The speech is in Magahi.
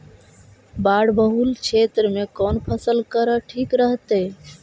बाढ़ बहुल क्षेत्र में कौन फसल करल ठीक रहतइ?